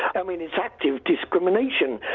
i mean it's active discrimination.